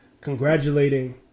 congratulating